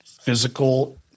physical